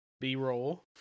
B-roll